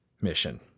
mission